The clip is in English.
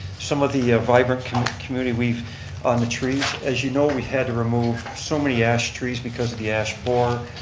some of the ah vibrant community we've on the trees. as you know we had to remove so many ash trees because of the ash borer.